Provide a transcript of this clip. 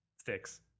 sticks